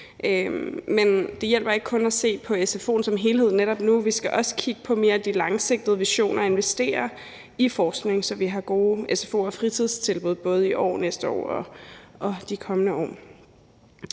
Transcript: Men det hjælper ikke kun at se på sfo'en som helhed netop nu, vi skal også kigge mere på de langsigtede visioner og investere i forskning, så vi har gode sfo- og fritidstilbud både i år og næste år og i de kommende år.